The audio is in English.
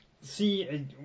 See